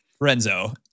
Renzo